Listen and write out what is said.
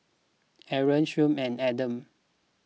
Aaron Shuib and Adam